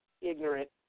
ignorant